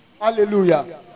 Hallelujah